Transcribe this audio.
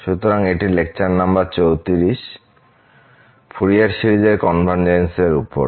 সুতরাং এটি lecture number 34 Fourier series এর কনভারজেন্স এর উপর